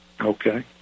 Okay